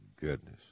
goodness